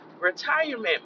retirement